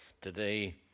today